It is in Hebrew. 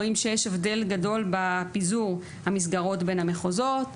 רואים שיש הבדל גדול בפיזור המסגרות בין המחוזות.